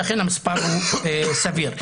לכן המספר הוא סביר.